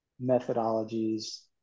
Methodologies